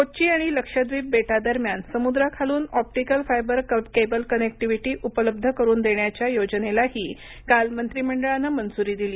कोच्ची आणि लक्षद्वीप बेटादरम्यान समुद्रा खालून आप्टिकल फाइबर केबल कनेक्टिविटी उपलब्ध करून देण्याच्या योजनेलाही काल मंत्री मंडळानं मंजुरी दिली